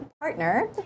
partner